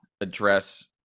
address